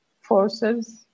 forces